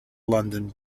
london